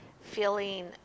feeling